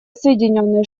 соединённые